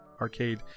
arcade